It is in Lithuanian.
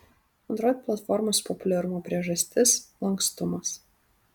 android platformos populiarumo priežastis lankstumas